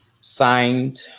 signed